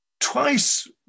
Twice